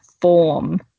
form